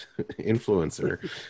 influencer